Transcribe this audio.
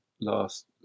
last